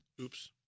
Oops